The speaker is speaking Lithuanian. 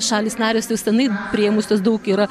šalys narės jau senai priėmusios daug yra